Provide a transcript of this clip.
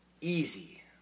easy